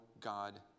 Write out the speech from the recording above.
God